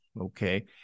okay